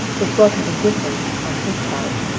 this welcome indifference, on his part,